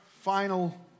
final